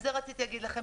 ב-2017,